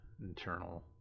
internal